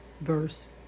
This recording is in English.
verse